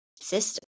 system